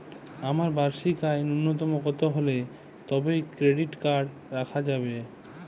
আমার বার্ষিক আয় ন্যুনতম কত হলে তবেই ক্রেডিট কার্ড রাখা যাবে?